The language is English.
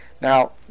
Now